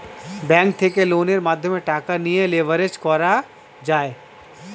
bank থেকে লোনের মাধ্যমে টাকা নিয়ে লেভারেজ করা যায়